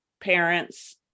parents